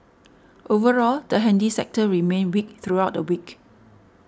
overall the handy sector remained weak throughout the week